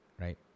right